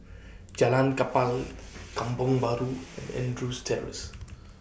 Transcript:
Jalan Kapal Kampong Bahru and Andrews Terrace